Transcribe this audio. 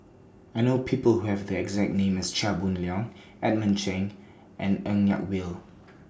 I know People Who Have The exact name as Chia Boon Leong Edmund Cheng and Ng Yak Whee